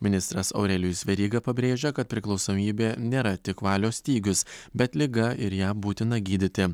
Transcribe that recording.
ministras aurelijus veryga pabrėžia kad priklausomybė nėra tik valios stygius bet liga ir ją būtina gydyti